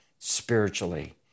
spiritually